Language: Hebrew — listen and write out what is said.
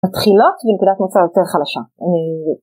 מתחילות בנקודת מוצא יותר חלשה.